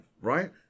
right